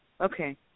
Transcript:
Okay